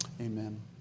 Amen